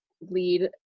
lead